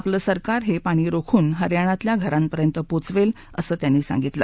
आपलं सरकार हे पाणी राखून हरयाणातल्या घरांपर्यंत पोचवेल असं त्यांनी सांगितलं